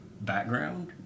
background